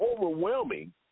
overwhelming